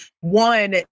one